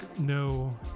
no